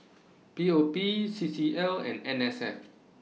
P O P C C L and N S F